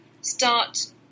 start